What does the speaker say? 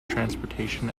transportation